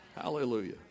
Hallelujah